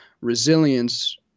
resilience